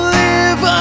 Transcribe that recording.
live